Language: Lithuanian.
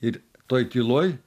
ir toj tyloj